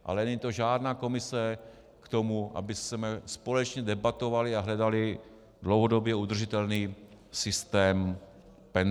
Ale není to žádná komise k tomu, abychom společně debatovali a hledali dlouhodobě udržitelný systém penzí.